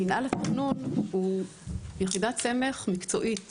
שמנהל התכנון הוא יחידת סמך מקצועית